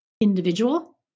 individual